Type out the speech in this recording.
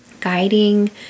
guiding